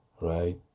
right